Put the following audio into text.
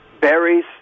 Berries